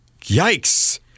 Yikes